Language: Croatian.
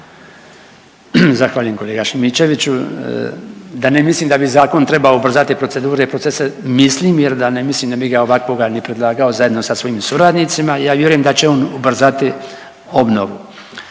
Zahvaljujem kolega Šimičeviću. Da ne mislim da bi zakon trebao ubrzati procedure i procese mislim jer da ne mislim ne bi ga ovakvoga ni predlagao zajedno sa svojim suradnicima, ja vjerujem da će on ubrzati obnovu.